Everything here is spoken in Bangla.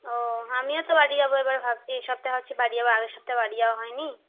ওও আমিও তো বাড়ি যাব এবার ভাবছি এ সপ্তাহে ভাবছি বাড়ি যাব আগের সপ্তাহে বাড়ি যাওয়া হয় নি